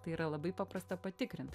tai yra labai paprasta patikrint